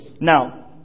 Now